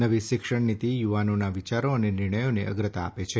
નવી શિક્ષણ નીતિ યુવાનોના વિચારો અને નિર્ણયોને અગ્રતા આપે છે